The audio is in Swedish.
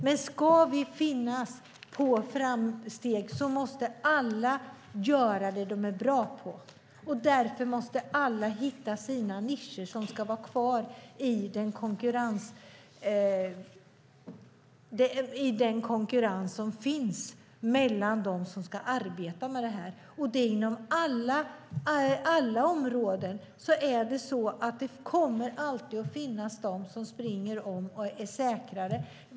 Men ska vi nå framsteg måste alla göra vad de är bra på. Därför måste alla som ska vara kvar i den konkurrens som finns mellan dem som ska arbeta med detta hitta sina nischer. Inom alla områden kommer det alltid att finnas de som springer om och är säkrare.